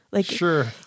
Sure